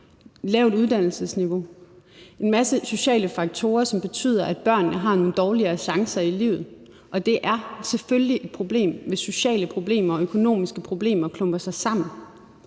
lavt uddannelsesniveau, altså en masse sociale faktorer, som betyder, at børnene har nogle dårligere chancer i livet. Og det er selvfølgelig et problem, hvis sociale problemer og økonomiske problemer klumper sig sammen.